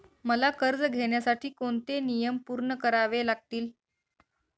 मला कर्ज घेण्यासाठी कोणते नियम पूर्ण करावे लागतील?